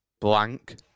blank